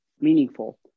meaningful